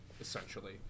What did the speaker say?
Essentially